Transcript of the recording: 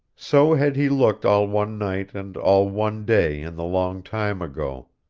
so had he looked all one night and all one day in the long time ago.